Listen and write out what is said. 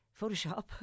Photoshop